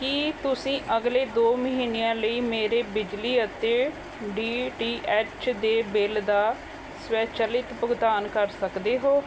ਕੀ ਤੁਸੀਂਂ ਅਗਲੇ ਦੋ ਮਹੀਨਿਆਂ ਲਈ ਮੇਰੇ ਬਿਜਲੀ ਅਤੇ ਡੀ ਟੀ ਐਚ ਦੇ ਬਿੱਲ ਦਾ ਸਵੈਚਲਿਤ ਭੁਗਤਾਨ ਕਰ ਸਕਦੇ ਹੋ